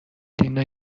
اینو